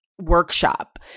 workshop